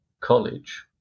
college